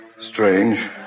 Strange